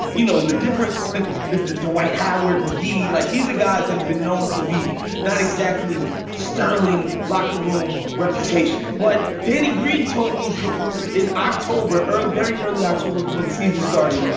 you know, the difference that dwight howard mcgee like these are guys that have been known to be not exactly sterling. locker room reputation. but danny green told me in october, early, very early october, before the season started,